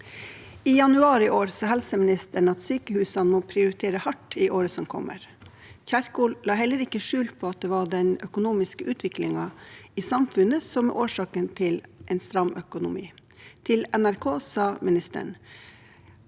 I januar i år sa helsemi- nisteren at sykehusene må prioritere hardt i året som kommer. Kjerkol la heller ikke skjul på at det er den økonomiske utviklingen i samfunnet som er årsaken til en stram økonomi. Til NRK sa ministeren: